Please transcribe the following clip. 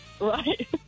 Right